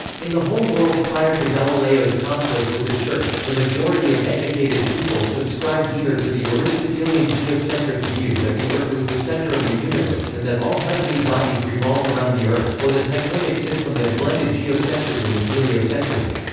in the whole world prior to galileo's conflict with the church, the majority of educated people subscribed either to the aristotelian geocentric view that the earth was the center of the universe and that all heavenly bodies revolved around the earth, or the tychonic system that blended geocentrism with heliocentrism.